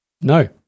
No